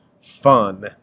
fun